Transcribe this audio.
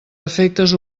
efectes